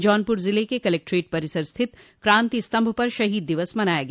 जौनपुर जिले के कलेक्ट्रेट परिसर स्थित क्रांति स्तम्भ पर शहीद दिवस मनाया गया